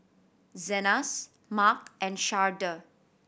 Zenas Marc and Sharde